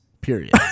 period